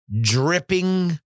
dripping